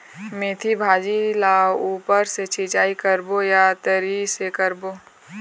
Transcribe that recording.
मेंथी भाजी ला ऊपर से सिचाई करबो या तरी से करबो?